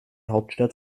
hauptstadt